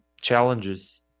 challenges